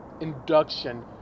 induction